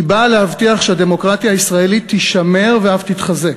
היא באה להבטיח שהדמוקרטיה הישראלית תישמר ואף תתחזק.